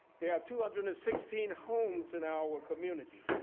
there are two hundred and sixteen homes in our community,